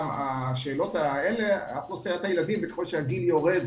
וככל שהגיל יורד